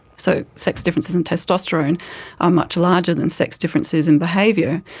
so sex differences in testosterone are much larger than sex differences in behaviour.